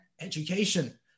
education